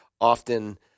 often